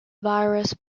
virus